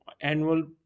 annual